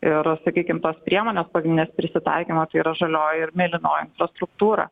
ir sakykim tos priemonės pagrindinės prisitaikymo tai yra žalioji ir mėlynoji infrastruktūra